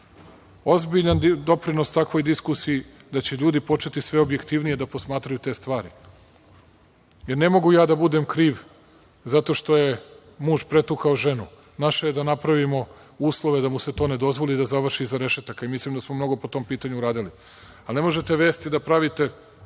ozbiljan doprinos takvoj diskusiji da će ljudi početi sve objektivnije da posmatraju te stvari. Jer, ne mogu ja da budem kriv zato što je muž pretukao ženu. Naše je da napravimo uslove da mu se to ne dozvoli i da on završi iza rešetaka i mislim da smo mnogo po tom pitanju uradili. Ali, ne možete vesti da pravite